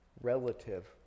relative